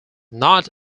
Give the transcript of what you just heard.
not